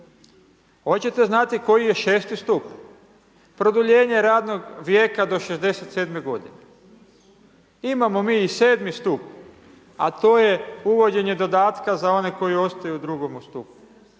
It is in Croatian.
Hoćete znati koji je 6.-ti stup? Produljenje radnog vijeka do 67 godine. Imamo mi i 7. stup a to je uvođenje dodatka za one koji ostaju u drugome stupu.